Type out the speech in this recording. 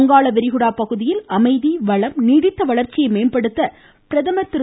வங்காள விரிகுடா பகுதியில் அமைதி வளம் நீடித்த வளர்ச்சியை மேம்படுத்த பிரதமர் திரு